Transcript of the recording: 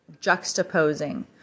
juxtaposing